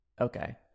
Okay